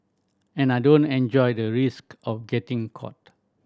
and I don't enjoy the risk of getting caught